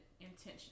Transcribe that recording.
intention